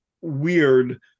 weird